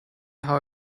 how